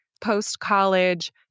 post-college